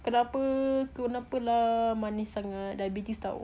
kenapa kenapa lah manis sangat diabetes [tau]